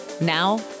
Now